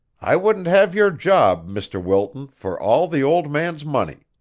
i wouldn't have your job, mr. wilton, for all the old man's money.